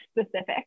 specific